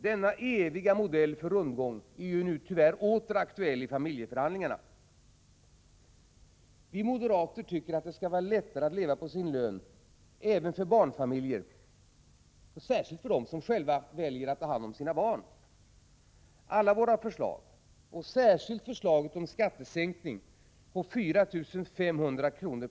Denna eviga modell för rundgång är nu tyvärr åter aktuell i familjeförhandlingarna. Vi moderater tycker att det skall vara lättare att leva på sin lön, även för barnfamiljer och särskilt för dem som väljer att själva ta hand om sina barn. Alla våra förslag, och särskilt förslaget om skattesänkning på 4 500 kr.